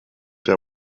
der